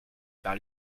par